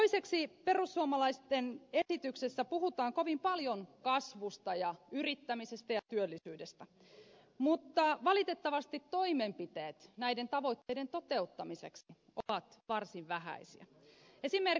toiseksi perussuomalaisten esityksessä puhutaan kovin paljon kasvusta ja yrittämisestä ja työllisyydestä mutta valitettavasti toimenpiteet näiden tavoitteiden toteuttamiseksi ovat varsin vähäisiä